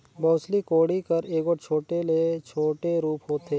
बउसली कोड़ी कर एगोट छोटे ले छोटे रूप होथे